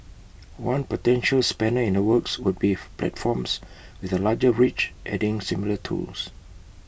one potential spanner in the works would be platforms with A larger reach adding similar tools